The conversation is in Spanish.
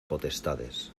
potestades